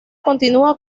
continúa